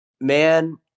man